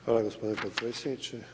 Hvala gospodine potpredsjedniče.